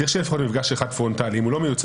צריך להיות לפחות מפגש פרונטלי אחד אם הוא לא מיוצג.